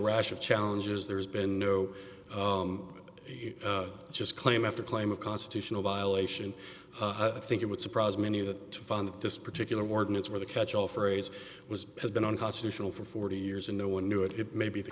of challenges there's been no just claim after claim of constitutional violation i think it would surprise many of them to find that this particular warden is where the catch all phrase was has been unconstitutional for forty years and no one knew it it may be the